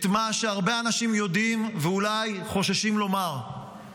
את מה שהרבה אנשים יודעים ואולי חוששים לומר.